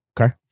Okay